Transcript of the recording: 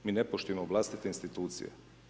Mi ne poštujemo vlastite institucije.